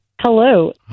Hello